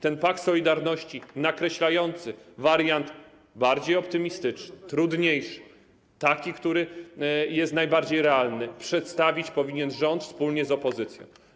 Ten pakt solidarności nakreślający warianty: bardziej optymistyczny, trudniejszy, taki, który jest najbardziej realny, rząd powinien przedstawić wspólnie z opozycją.